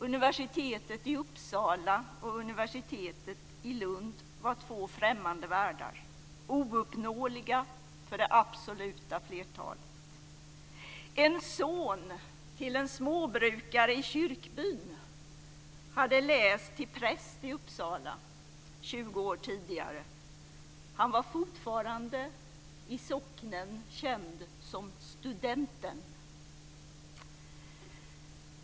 Universitetet i Uppsala och universitetet i Lund var två främmande världar, ouppnåeliga för det absoluta flertalet. En son till en småbrukare i kyrkbyn hade läst till präst i Uppsala 20 år tidigare. Han var fortfarande i socknen känd som studenten.